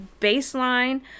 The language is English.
baseline